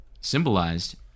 symbolized